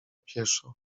pieszo